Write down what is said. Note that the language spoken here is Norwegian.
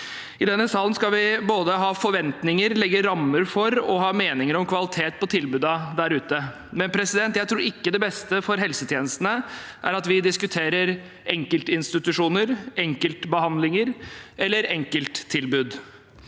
I denne salen skal vi både ha forventninger til, legge rammer for og ha meninger om kvalitet på tilbudene der ute, men jeg tror ikke det beste for helsetjenestene er at vi diskuterer enkeltinstitusjoner, enkeltbehandlinger eller enkelttilbud.